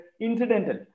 incidental